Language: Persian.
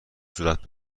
صورت